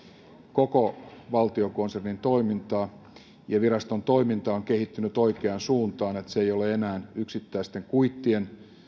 koko valtiokonsernin toimintaa ja viraston toiminta on kehittynyt oikeaan suuntaan se ei ole enää yksittäisten kuittien